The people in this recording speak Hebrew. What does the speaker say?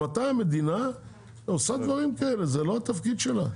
ממתי המדינה עושה דברים כאלה, זה לא התפקיד שלה,